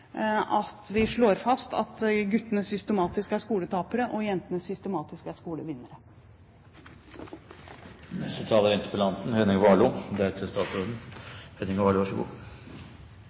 at vi overforenkler på den måten at vi slår fast at guttene systematisk er skoletapere og jentene systematisk er skolevinnere. Jeg takker statsråden